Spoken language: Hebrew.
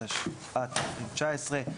התשע"ט-2019".